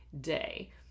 day